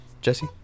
Jesse